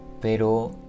pero